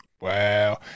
Wow